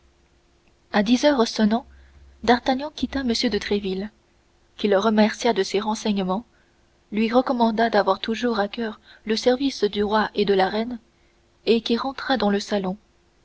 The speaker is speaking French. à dix heures sonnant d'artagnan quitta m de tréville qui le remercia de ses renseignements lui recommanda d'avoir toujours à coeur le service du roi et de la reine et qui rentra dans le salon